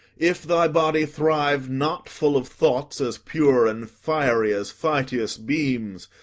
if thy body thrive not full of thoughts as pure and fiery as phyteus' beams,